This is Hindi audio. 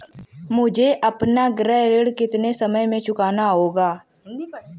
मुझे अपना गृह ऋण कितने समय में चुकाना होगा?